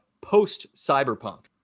post-Cyberpunk